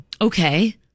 Okay